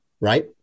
right